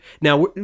Now